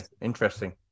interesting